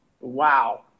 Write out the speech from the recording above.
wow